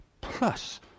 plus